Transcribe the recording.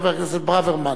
חבר הכנסת ברוורמן,